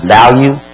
value